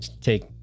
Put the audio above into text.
Take